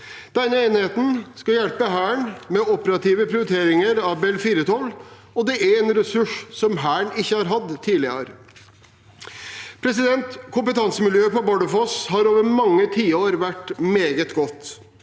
Denne enheten skal hjelpe Hæren med operative prioriteringer av Bell 412, og det er en ressurs som Hæren ikke har hatt tidligere. Kompetansemiljøet på Bardufoss har over mange tiår vært meget godt,